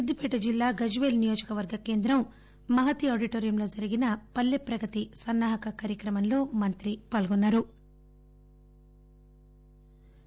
సిద్దిపేట జిల్లా గజ్వేల్ నియోజకవర్గ కేంద్రం మహతి ఆడిటోరియంలో జరిగిన పల్లె ప్రగతి సన్నాహక కార్యక్రమంలో మంత్రి పాల్గొన్నారు